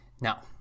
Now